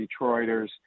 Detroiters